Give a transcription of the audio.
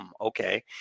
okay